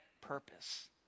purpose